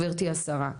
גבירתי השרה,